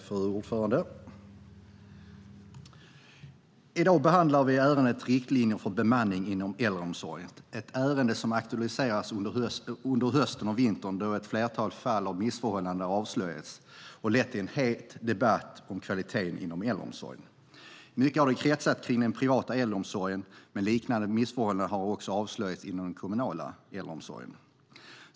Fru talman! I dag behandlar vi ärendet Riktlinjer för bemanning inom äldreomsorgen , ett ärende som aktualiserades under hösten och vintern då ett flertal fall av missförhållanden avslöjades och ledde till en het debatt om kvaliteten inom äldreomsorgen. I mycket har den kretsat kring den privata äldreomsorgen, men liknande missförhållanden har också avslöjats inom den kommunala äldreomsorgen.